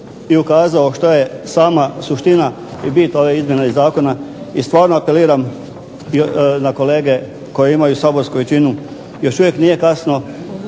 i ukazao što je sama suština i bit izmjene zakona i stvarno apeliram na kolege koji imaju saborsku većinu još uvijek nije kasno,